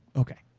okay.